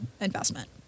investment